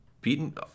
beaten